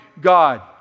God